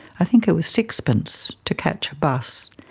i think it was sixpence to catch a bus,